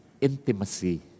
intimacy